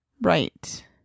Right